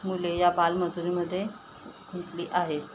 मुले या बालमजुरीमध्ये घेतली आहेत